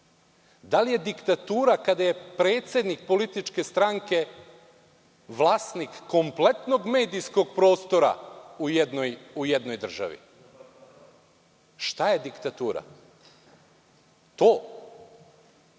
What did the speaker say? Da li je diktatura kada je predsednik političke stranke vlasnik kompletnog medijskog prostora u jednoj državi? Šta je diktatura? To?